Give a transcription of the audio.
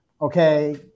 Okay